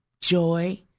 joy